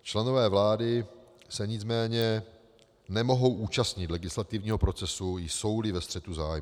Členové vlády se nicméně nemohou účastnit legislativního procesu, jsouli ve střetu zájmů.